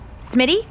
Smitty